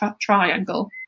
Triangle